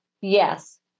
Yes